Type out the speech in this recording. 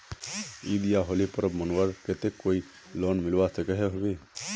ईद या होली पर्व मनवार केते कोई लोन मिलवा सकोहो होबे?